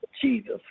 Jesus